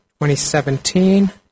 2017